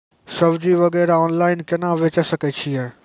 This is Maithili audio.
सब्जी वगैरह ऑनलाइन केना बेचे सकय छियै?